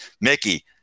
Mickey